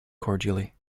cordially